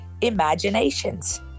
imaginations